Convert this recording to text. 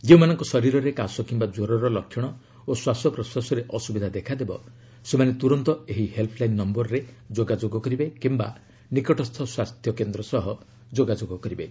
ଯେଉଁମାନଙ୍କ ଶରୀରରେ କାଶ କିମ୍ବା ଜ୍ୱରର ଲକ୍ଷଣ ଓ ଶ୍ୱାସପ୍ରଶ୍ୱାସରେ ଅସୁବିଧା ଦେଖାଦେବ ସେମାନେ ତୁରନ୍ତ ଏହି ହେଲ୍ସଲାଇନ୍ ନୟରରେ ଯୋଗାଯୋଗ କରିବେ କିମ୍ବା ନିକଟସ୍ଥ ସ୍ୱାସ୍ଥ୍ୟ କେନ୍ଦ୍ର ସହ ଯୋଗାଯୋଗ କରିବେ